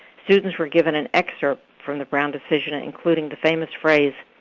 students were given an excerpt from the brown decision, and including the famous phrase,